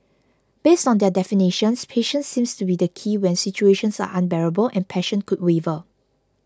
based on there definitions patience seems to be the key when situations are unbearable and passion could waver